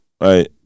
right